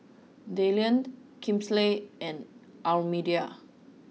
Dylan Kinsley and Almedia